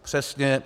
Přesně.